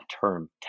term